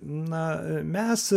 na mes